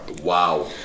Wow